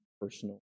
personal